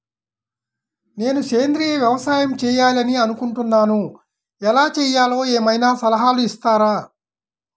నేను సేంద్రియ వ్యవసాయం చేయాలి అని అనుకుంటున్నాను, ఎలా చేయాలో ఏమయినా సలహాలు ఇస్తారా?